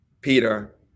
Peter